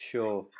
Sure